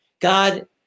God